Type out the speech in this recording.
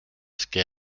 ska